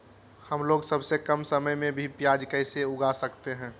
हमलोग सबसे कम समय में भी प्याज कैसे उगा सकते हैं?